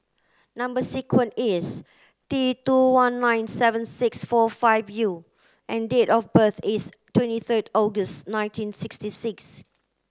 number is T two one nine seven six four five U and date of birth is twenty third August nineteen sixty six